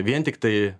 vien tiktai